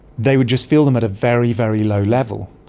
they would just feel them at a very, very low level.